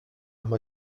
amb